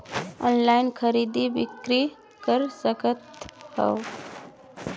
Online खरीदी बिक्री कर सकथव?